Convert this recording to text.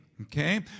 Okay